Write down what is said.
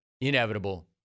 Inevitable